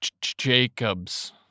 Jacobs